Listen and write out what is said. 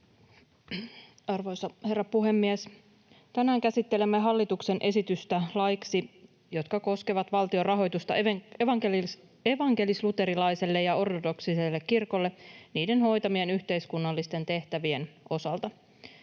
Arvoisa herra puhemies! Tänään käsittelemme hallituksen esitystä laeiksi, jotka koskevat valtion rahoitusta evankelis-luterilaiselle ja ortodoksiselle kirkolle niiden hoitamien yhteiskunnallisten tehtävien osalta.